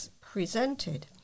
presented